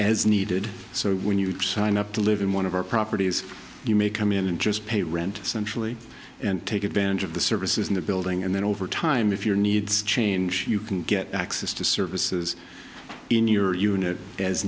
as needed so when you sign up to live in one of our properties you may come in and just pay rent essentially and take advantage of the services in the building and then over time if your needs change you can get access to services in your unit as